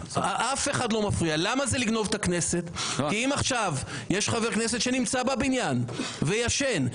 אם עכשיו יש חבר כנסת שנמצא בבניין וישן,